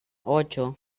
ocho